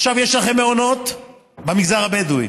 עכשיו, יש לכם מעונות במגזר הבדואי,